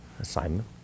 assignment